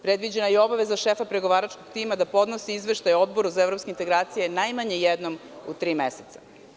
Predviđena je i obaveza šefa pregovaračkog tima da podnosi izveštaje Odboru za evropske integracije najmanje jednom u tri meseca.